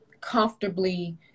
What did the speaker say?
comfortably